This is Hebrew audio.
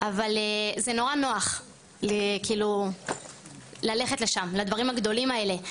אבל זה נורא נוח כאילו ללכת לשם לדברים הגדולים האלה,